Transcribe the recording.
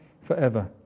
forever